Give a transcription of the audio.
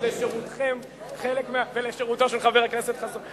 לשירותכם ולשירותו של חבר הכנסת חסון,